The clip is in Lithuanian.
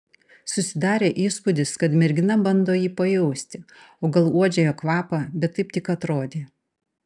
susidarė įspūdis kad mergina bando jį pajausti o gal uodžia jo kvapą bet taip tik atrodė